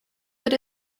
but